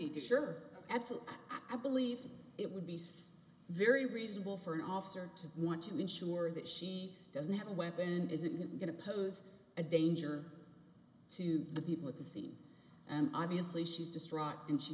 be sure absolutely i believe it would be so very reasonable for an officer to want to ensure that she doesn't have a weapon and isn't going to pose a danger to the people at the scene and obviously she's distraught and she